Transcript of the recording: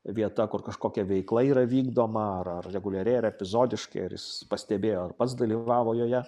vieta kur kažkokia veikla yra vykdoma ar ar reguliariai ar epizodiškai ar jis pastebėjo ar pats dalyvavo joje